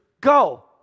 go